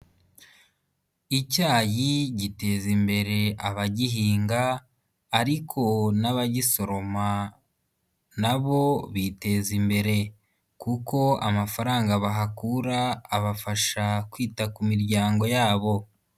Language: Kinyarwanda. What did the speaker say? Icyayi giteza imbere abagihinga ariko n'abagisoroma na bo biteza imbere kuko amafaranga bahakura abafasha kwita ku miryango yabo.